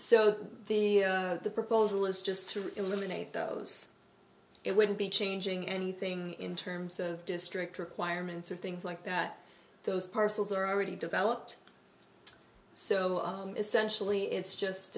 so the proposal is just to eliminate those it would be changing anything in terms of district requirements or things like that those parcels are already developed so essentially it's just